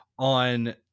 On